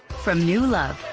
from new love.